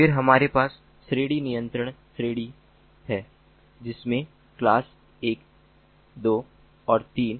फिर हमारे पास श्रेणी नियंत्रण श्रेणी है जिसमें क्लास 1 2 और 3 हैं